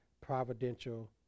providential